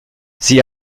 sie